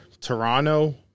Toronto